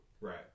Right